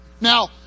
Now